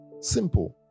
Simple